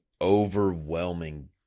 overwhelming